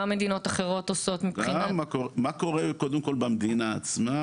מה מדינות אחרות עושות מבחינת --- מה קורה קודם כל במדינה עצמה,